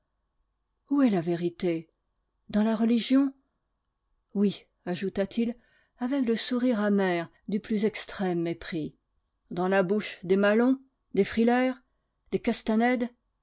où est la vérité dans la religion oui ajouta-t-il avec le sourire amer du plus extrême mépris dans la bouche des maslon des frilair des castanède